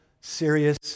serious